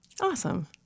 Awesome